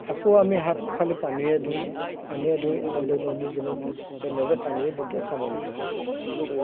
আকৌ আমি হাত খালি পানীৰে ধুওঁ পানীৰে ধুই আমাৰ দৈনন্দিন জীৱনটো তেনেদৰে পানীৰে দিনটো সামৰণি মাৰোঁ